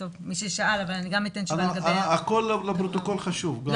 הכול חשוב לפרוטוקול.